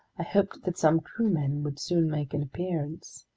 hoped that some crewmen would soon make an appearance.